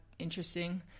interesting